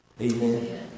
Amen